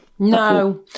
No